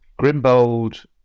Grimbold